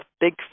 big